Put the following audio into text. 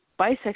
bisexual